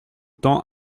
temps